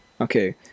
okay